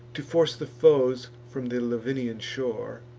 to force the foes from the lavinian shore,